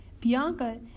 Bianca